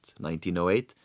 1908